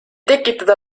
tekitada